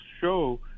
show